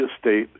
state